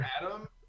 Adam